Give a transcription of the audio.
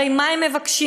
הרי מה הם מבקשים?